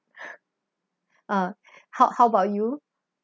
uh how how about you